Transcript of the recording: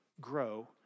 grow